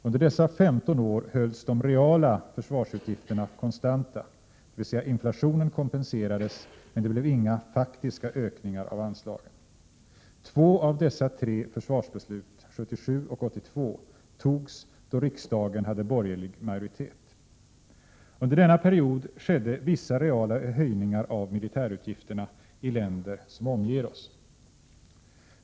Under dessa 15 år hölls de reala försvarsutgifterna konstanta, dvs. inflationen kompenserades, men det blev inga faktiska ökningar av anslagen. Två av dessa tre försvarsbeslut, 1977 och 1982, togs då riksdagen hade borgerlig majoritet. Under denna period skedde vissa reala höjningar av militärutgifterna i länder som omger oss.